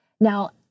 Now